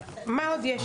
מה עוד יש כאן?